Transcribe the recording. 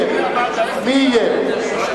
מי איים?